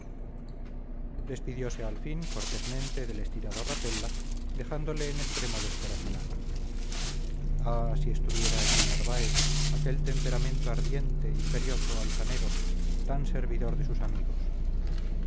anglosajón despidiose al fin cortésmente del estirado rapella dejándole en extremo descorazonado ah si estuviera allí narváez aquel temperamento ardiente imperioso altanero gran servidor de sus amigos